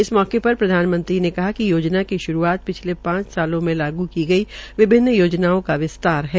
इस मौके पर प्रधानमंत्री ने कहा कि योजना की श्रूआत पिछले पांच वर्षो में लागू की गई विभिन्न योजनाओं का विस्तार है